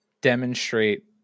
demonstrate